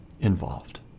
involved